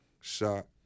shot